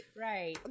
Right